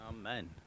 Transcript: Amen